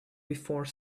before